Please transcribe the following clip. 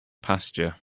pasture